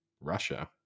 Russia